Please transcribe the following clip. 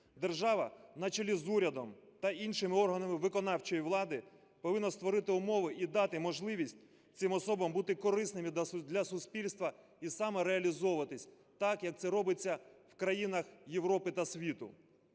держава на чолі з урядом та іншими органами виконавчої влади повинна створити умови і дати можливість цим особам бути корисними для суспільства і самореалізовуватись – так, як це робиться в країнах Європи та світу.